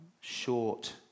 short